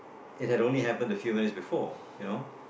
it had only happened a few minutes before you know